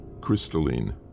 Crystalline